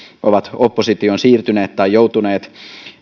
ovat oppositioon siirtyneet tai joutuneet